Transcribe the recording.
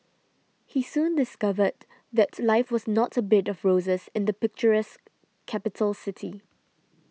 he soon discovered that life was not a bed of roses in the picturesque capital city